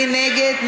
מי נגד?